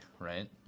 right